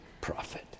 prophet